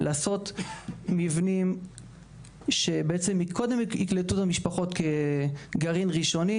לעשות מבנים שקודם יקלטו את המשפחות כגרעין ראשוני,